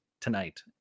tonight